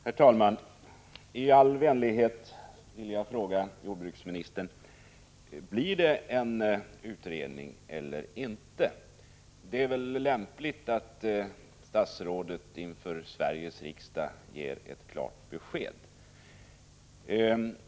Herr talman! I all vänlighet vill jag fråga jordbruksministern: Blir det en utredning eller inte? Det är väl lämpligt att statsrådet inför Sveriges riksdag ger ett klart besked.